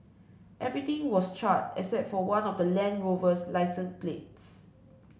everything was charred except for one of the Land Rover's licence plates